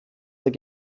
der